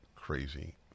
crazy